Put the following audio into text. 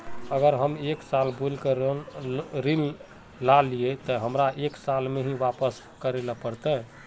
अगर हम एक साल बोल के ऋण लालिये ते हमरा एक साल में ही वापस करले पड़ते?